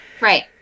Right